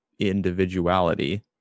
individuality